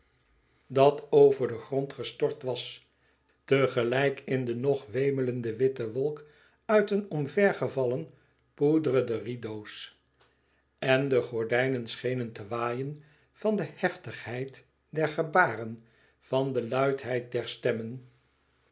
dat over den grond gestort was tegelijk in de nog wemelende witte wolk uit een omvergevallen poudre de riz doos en de gordijnen schenen te waaien van de heftigheid der gebaren van de luidheid der stemmen